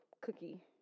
cookie